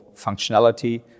functionality